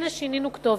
הנה שינינו כתובת.